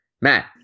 Matt